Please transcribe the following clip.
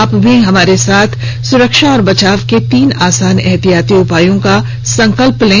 आप भी हमारे साथ सुरक्षा और बचाव के तीन आसान एहतियाती उपायों का संकल्प लें